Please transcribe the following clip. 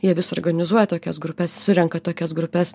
jie vis organizuoja tokias grupes surenka tokias grupes